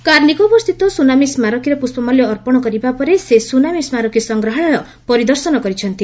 କାର୍ନିକୋବରସ୍ଥିତ tsunami ସ୍କାରକୀରେ ପୁଷ୍ପମାଲ୍ୟ ଅର୍ପଣ କରିବା ପରେ ସେ ସୁନାମୀ ସ୍କାରକୀ ସଂଗ୍ରହାଳୟ ପରିଦର୍ଶନ କରିଛନ୍ତି